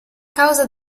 causa